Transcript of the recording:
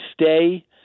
stay